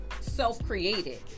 self-created